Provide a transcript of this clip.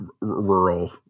rural